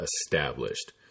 established